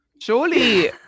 Surely